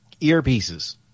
earpieces